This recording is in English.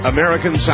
American